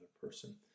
person